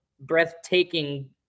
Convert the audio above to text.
breathtaking